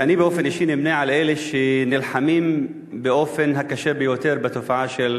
אני באופן אישי נמנה עם אלה שנלחמים באופן הקשה ביותר בעניין